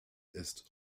ist